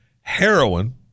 heroin